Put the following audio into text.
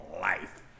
life